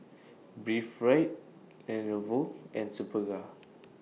Breathe Right Lenovo and Superga